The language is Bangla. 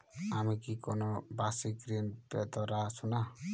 আমি কি কোন বাষিক ঋন পেতরাশুনা?